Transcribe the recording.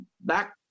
back